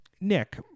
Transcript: Nick